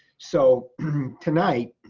so tonight,